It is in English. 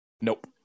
nope